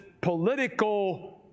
political